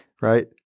right